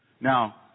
Now